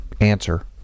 answer